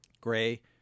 gray